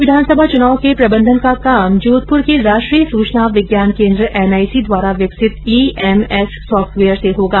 प्रदेश में विधानसभा चुनाव के प्रबंधन का काम जोधपुर के राष्ट्रीय सूचना विज्ञान केन्द्र एनआईसी द्वारा विकसित ईएमएस सॉफ्टवेयर से होगा